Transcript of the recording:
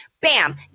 Bam